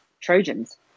Trojans